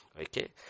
Okay